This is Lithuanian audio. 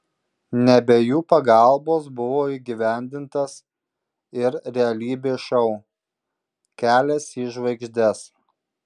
ne be jų pagalbos buvo įgyvendintas ir realybės šou kelias į žvaigždes